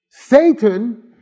Satan